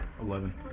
Eleven